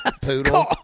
Poodle